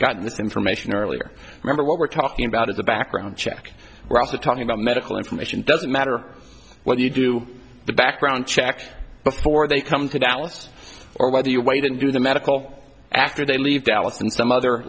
gotten this information earlier remember what we're talking about is a background check we're also talking about medical information doesn't matter what you do the background checks before they come to dallas or whether you wait and do the medical after they leave dallas and some other